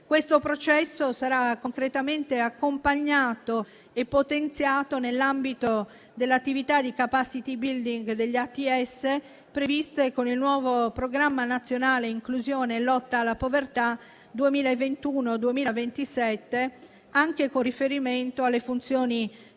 Questo processo sarà concretamente accompagnato e potenziato nell'ambito dell'attività di *capacity building* degli ATS previste con il nuovo programma nazionale inclusione e lotta alla povertà 2021-2027, anche con riferimento alle funzioni gestionali